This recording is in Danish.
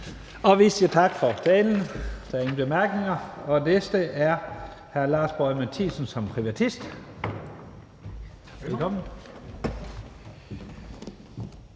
Vi siger tak for talen. Der er ingen korte bemærkninger. Den næste er hr. Lars Boje Mathiesen som privatist. Velkommen.